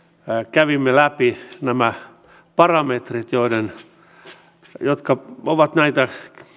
kävimme läpi nämä parametrit jotka ovat näitä